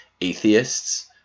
atheists